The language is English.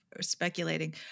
speculating